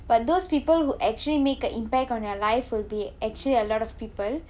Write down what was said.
but those poeple who actually make a impact on your life would be actually a lot of people